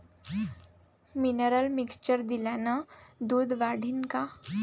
Mineral mixture दिल्यानं दूध वाढीनं का?